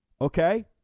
Okay